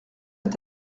est